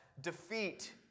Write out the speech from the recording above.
defeat